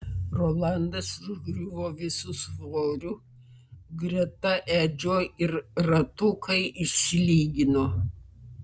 rolandas užgriuvo visu svoriu greta edžio ir ratukai išsilygino